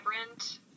vibrant